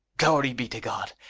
glory be to god,